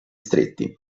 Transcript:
stretti